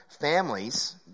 families